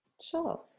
Sure